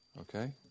Okay